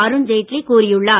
அருண்ஜெட்லி கூறி உள்ளார்